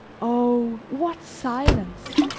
oh! what silence!